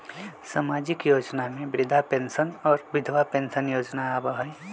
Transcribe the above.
सामाजिक योजना में वृद्धा पेंसन और विधवा पेंसन योजना आबह ई?